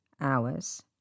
hours